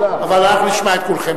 אבל אנחנו נשמע את כולכם.